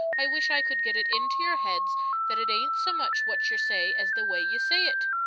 i wish i could git it inter your heads that it ain't so much what yer say, as the way yer say it.